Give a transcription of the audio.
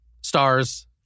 stars